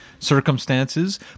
circumstances